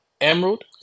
Emerald